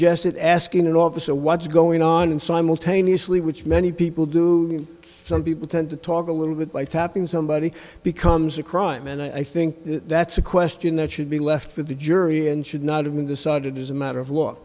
suggested asking an officer what's going on in simultaneously which many people do some people tend to talk a little bit by tapping somebody becomes a crime and i think that's a question that should be left for the jury and should not have been decided as a matter of